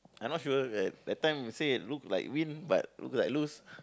I not sure the that time say look like win but look like lose